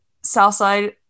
Southside